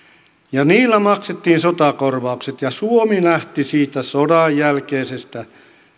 ja niillä maksettiin sotakorvaukset ja suomi lähti siitä sodan jälkeisestä